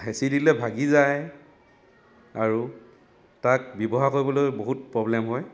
হেঁচি দিলে ভাগি যায় আৰু তাক ব্যৱহাৰ কৰিবলৈও বহুত প্ৰ'ব্লেম হয়